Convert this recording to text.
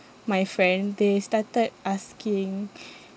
my friend they started asking